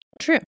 True